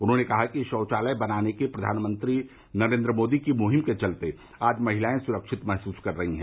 उन्होंने कहा कि शौचालय बनाने की प्रधानमंत्री नरेंद्र मोदी की मुहिम के चलते आज महिलाए सुरक्षित महसूस कर रही हैं